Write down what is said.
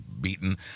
beaten